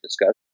discuss